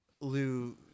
lou